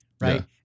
Right